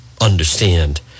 understand